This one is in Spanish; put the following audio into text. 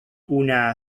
una